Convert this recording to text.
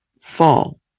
fall